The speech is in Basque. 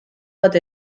bat